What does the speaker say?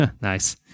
Nice